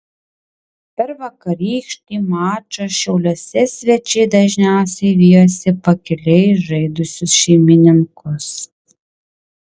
per vakarykštį mačą šiauliuose svečiai dažniausiai vijosi pakiliai žaidusius šeimininkus